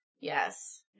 Yes